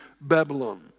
Babylon